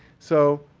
so,